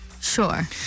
Sure